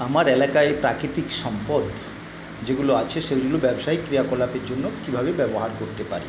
আমার এলাকায় প্রাকৃতিক সম্পদ যেগুলো আছে সেগুলো ব্যবসায়িক ক্রিয়াকলাপের জন্য কীভাবে ব্যবহার করতে পারি